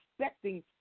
Expecting